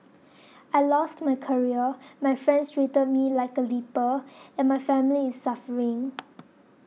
I lost my career my friends treat me like a leper and my family is suffering